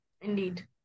Indeed